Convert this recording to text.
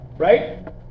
Right